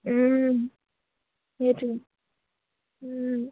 ও সেইটো